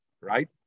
right